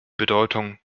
bedeutung